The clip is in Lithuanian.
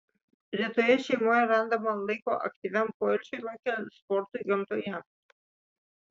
retoje šeimoje randama laiko aktyviam poilsiui lauke sportui gamtoje